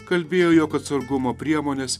kalbėjo jog atsargumo priemones